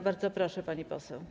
Bardzo proszę, pani poseł.